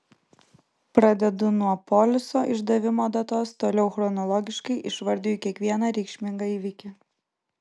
pradedu nuo poliso išdavimo datos toliau chronologiškai išvardiju kiekvieną reikšmingą įvykį